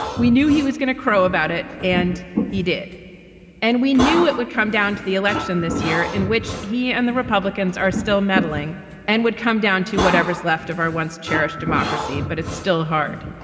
we knew he was going to crow about it and he did and we knew it would come down to the election this year in which he and the republicans are still medaling and would come down to whatever is left of our once cherished democracy. but it's still hard.